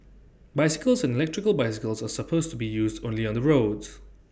bicycles and electric bicycles are supposed to be used only on the roads